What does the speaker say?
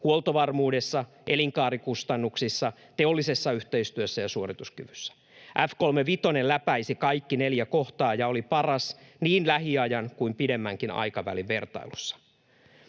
huoltovarmuudessa, elinkaarikustannuksissa, teollisessa yhteistyössä ja suorituskyvyssä. F-35 läpäisi kaikki neljä kohtaa ja oli paras niin lähiajan kuin pidemmänkin aikavälin vertailussa.